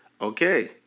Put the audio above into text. Okay